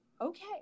Okay